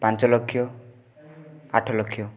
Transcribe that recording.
ପାଞ୍ଚ ଲକ୍ଷ ଆଠ ଲକ୍ଷ